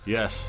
Yes